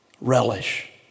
Relish